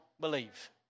believe